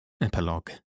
Epilogue